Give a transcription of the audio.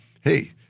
hey